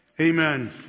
Amen